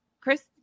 Chris